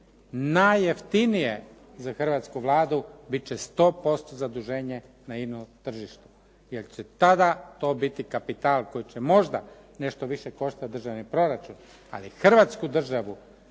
najjeftinije za hrvatsku Vladu bit će sto posto zaduženje na ino tržištu jer će tada to biti kapital koji će možda nešto više koštati državni proračun. Ali Hrvatsku državu,